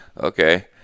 Okay